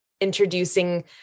introducing